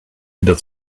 wieder